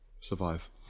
survive